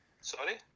Sorry